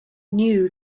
knew